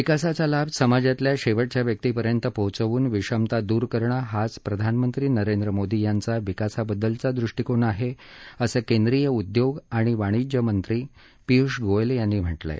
विकासाचा लाभ समाजातल्या शेवटच्या व्यक्तिपर्यंत पोहोचवून विषमता दूर करणं हाच प्रधानमंत्री नरेंद्र मोदी यांचा विकासाबद्दलचा दृष्टीकोन आहे असं केंद्रीय उद्योग आणि वाणिज्य मंत्री पीयूष गोयल यांनी म्हटलं आहे